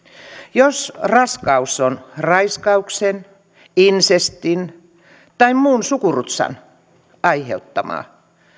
jos raskaus on raiskauksen insestin tai muun sukurutsan aiheuttama